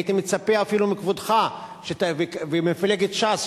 הייתי מצפה אפילו מכבודך וממפלגת ש"ס,